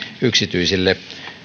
yksityisille